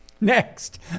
Next